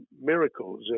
miracles